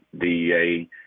DEA